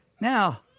Now